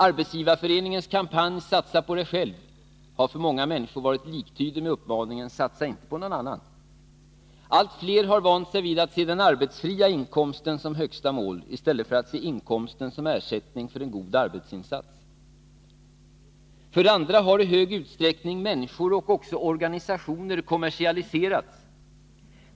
Arbetsgivareföreningens kampanj Satsa på Dig själv har för många människor varit liktydig med uppmaningen Satsa inte på någon annan! Allt fler har vant sig vid att se den arbetsfria inkomsten som högsta mål, i stället för att se inkomsten som ersättning för en god arbetsinsats. För det andra har i stor utsträckning människor och också organisationer kommersialiserats.